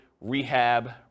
rehab